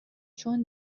چون